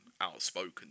outspoken